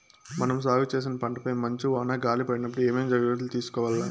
మనం సాగు చేసిన పంటపై మంచు, వాన, గాలి పడినప్పుడు ఏమేం జాగ్రత్తలు తీసుకోవల్ల?